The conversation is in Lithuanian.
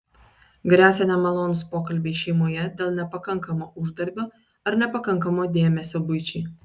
gresia nemalonūs pokalbiai šeimoje dėl nepakankamo uždarbio ar nepakankamo dėmesio buičiai